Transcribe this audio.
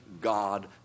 God